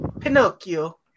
Pinocchio